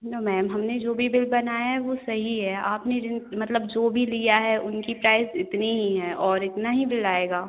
no ma'am हमने जो भी बिल बनाया है वह सही है आपने जिन मतलब जो भी लिया है उनकी प्राइज़ इतनी ही है और इतना ही बिल आएगा